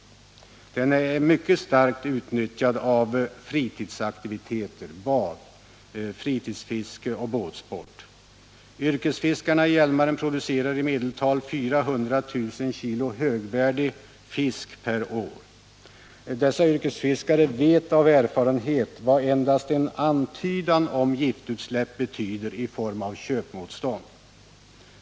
Den är mycket starkt utnyttjad för fritidsaktiviteter: bad, fritidsfiske och båtsport. Yrkesfiskarna i Hjälmaren producerar i medeltal 400 000 kg högvärdig fisk per år. Dessa yrkesfiskare vet av erfarenhet vad endast en antydan om giftutsläpp betyder i form av köpmotstånd.